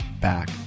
back